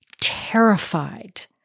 terrified